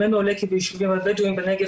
ממנו עולה כי בישובים הבדואים בנגב